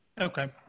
okay